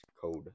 Code